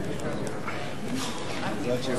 עמיר פרץ,